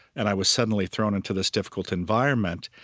and i was suddenly thrown into this difficult environment.